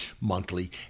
monthly